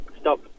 stop